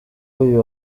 uyu